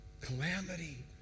calamity